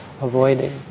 avoiding